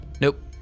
Nope